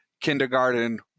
kindergarten